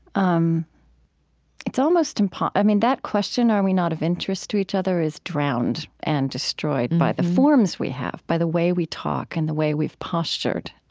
um it's almost impossible i mean, that question are we not of interest to each other is drowned and destroyed by the forms we have, by the way we talk and the way we've postured.